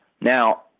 Now